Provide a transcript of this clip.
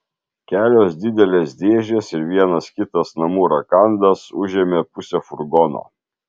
kelios didelės dėžės ir vienas kitas namų rakandas užėmė pusę furgono